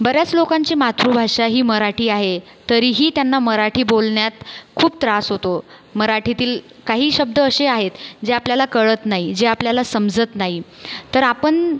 बऱ्याच लोकांची मातृभाषा ही मराठी आहे तरीही त्यांना मराठी बोलण्यात खूप त्रास होतो मराठीतील काही शब्द असे आहेत जे आपल्याला कळत नाहीत जे आपल्याला समजत नाही तर आपण